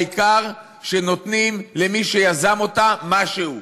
העיקר שנותנים למי שיזם אותה משהו,